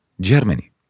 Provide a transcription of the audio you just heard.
Germany